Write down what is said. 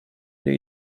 new